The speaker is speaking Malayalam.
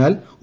എന്നാൽ ഒ